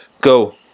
Go